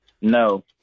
No